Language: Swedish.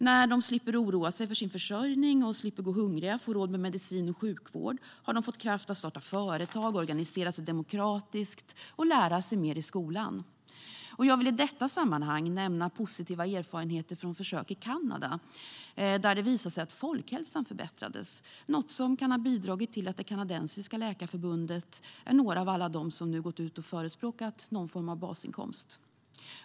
När de slipper oroa sig för sin försörjning, slipper gå hungriga och får råd med medicin och sjukvård får de kraft att starta företag, organisera sig demokratiskt och lära sig mer i skolan. Jag vill i detta sammanhang nämna positiva erfarenheter från försök i Kanada. Där visade det sig att folkhälsan förbättrades. Det är något som kan ha bidragit till att det kanadensiska läkarförbundet hör till dem som gått ut och förespråkat någon form av basinkomst.